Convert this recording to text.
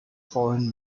foreign